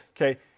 Okay